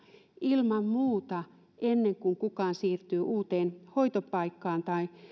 ilman muuta ennen kuin kukaan siirtyy uuteen hoitopaikkaan tai